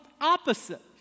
opposite